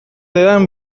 dudan